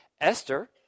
Esther